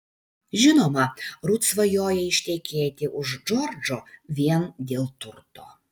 žinoma rut svajoja ištekėti už džordžo vien dėl turto